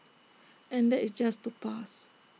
and that is just to pass